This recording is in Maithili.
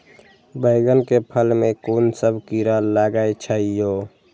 बैंगन के फल में कुन सब कीरा लगै छै यो?